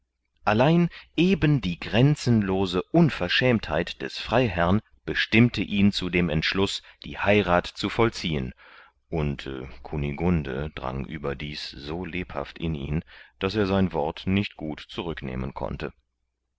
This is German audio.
allein eben die grenzenlose unverschämtheit des freiherrn bestimmte ihn zu dem entschluß die heirath zu vollziehen und kunigunde drang überdies so lebhaft in ihn daß er sein wort nicht gut zurücknehmen konnte